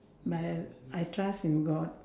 but I'll I trust in god